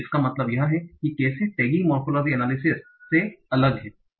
इसका मतलब यह है कि कैसे tagging morphology analysis morphology analysis आकृति विज्ञान विश्लेषण से अलग है